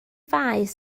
faes